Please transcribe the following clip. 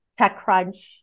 TechCrunch